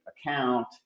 account